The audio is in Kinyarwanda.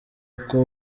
uko